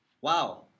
wow